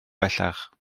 bellach